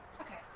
Okay